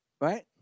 Right